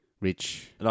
Rich